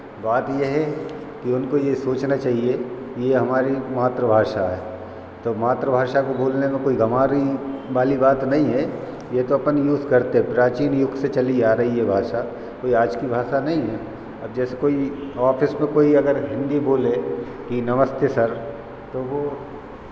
बात ये है कि उनको ये सोचना चहिए कि ये हमारी मातृभाषा है तो मातृभाषा को बोलने में कोई गंवारी वाली बात नहीं है ये तो अपन यूज़ करते प्राचीन युग से चली आ रही ये भाषा कोई आज की भाषा नहीं है अब जैसे कोई ऑफ़िस में कोई अगर हिन्दी बोले कि नमस्ते सर तो वो